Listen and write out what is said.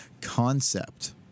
concept